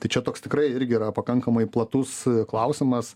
tai čia toks tikrai irgi yra pakankamai platus klausimas